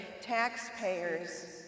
taxpayers